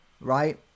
Right